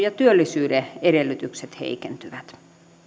ja työllisyyden edellytykset heikentyvät